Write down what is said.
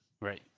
Right